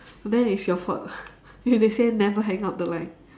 then it's your fault if they say you never hang up the line